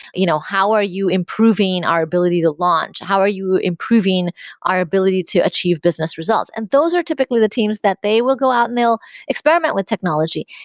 you know how are you improving our ability to launch? how are you improving our ability to achieve business results? and those are typically the teams that they will go out and they will experiment with technology.